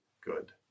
good